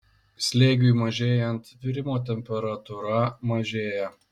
slėgiui mažėjant virimo temperatūra mažėja